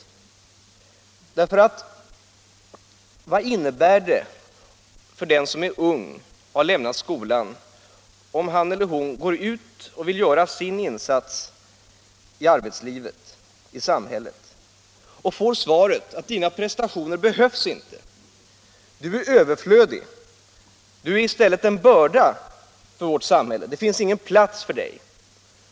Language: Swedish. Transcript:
Arbetsmarknadspolitiken Arbetsmarknadspolitiken För vad innebär det för den som är ung och har lämnat skolan och nu vill göra sin insats i arbetslivet i samhället, om han eller hon från samhället får svaret: Dina prestationer behövs inte. Du är överflödig. Du är i stället en börda för vårt samhälle. Det finns ingen plats för Dig!